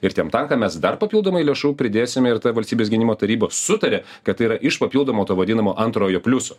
ir tiem tankam mes dar papildomai lėšų pridėsim ir tai valstybės gynimo taryba sutarė kad tai yra iš papildomo to vadinamo antrojo pliuso